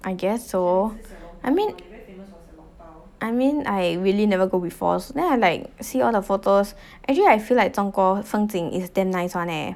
I guess so I mean I mean I really never go before so then I like see all the photos actually I feel like 中国风景 is damn nice [one] eh